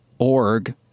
org